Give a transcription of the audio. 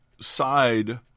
side